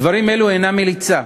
דברים אלו אינם מליצה,